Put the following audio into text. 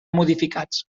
modificats